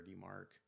mark